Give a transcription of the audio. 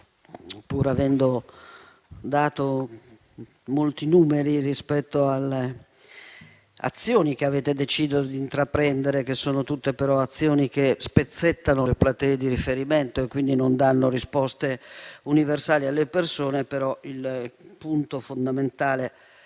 pur avendo fornito molti numeri rispetto alle azioni che avete deciso di intraprendere, che sono tutte però azioni che spezzettano le platee di riferimento e quindi non danno risposte universali alle persone, il punto fondamentale